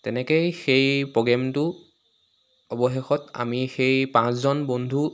তেনেকেই সেই প্ৰগ্ৰেমটো অৱশেষত আমি সেই পাঁচজন বন্ধু